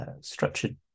structured